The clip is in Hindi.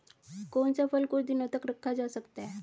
कौन सा फल कुछ दिनों तक रखा जा सकता है?